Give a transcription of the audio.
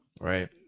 Right